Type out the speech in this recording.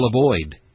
avoid